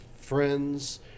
friends